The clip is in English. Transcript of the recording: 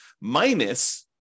minus